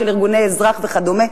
של ארגוני אזרח וכדומה.